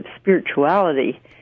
spirituality